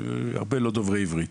הרבה לא דוברי עברית